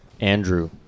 Andrew